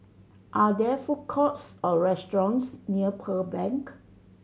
are there food courts or restaurants near Pearl Bank